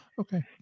Okay